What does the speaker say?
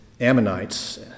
Ammonites